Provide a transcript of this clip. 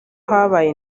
habaye